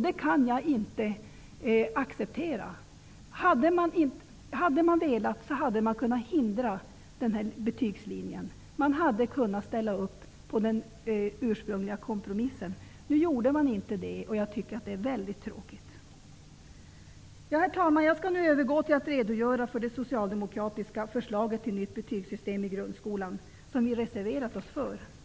Det kan jag inte acceptera. Hade Folkpartiet velat, hade Folkpartiet kunnat hindra denna betygslinje. Folkpartiet hade kunnat ställa upp på den ursprungliga kompromissen. Jag tycker att det är väldigt tråkigt att Folkpartiet inte gjorde det. Herr talman! Jag skall nu övergå till att redogöra för det socialdemokratiska förslaget till nytt betygssystem i grundskolan -- som vi har reserverat oss för.